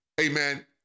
amen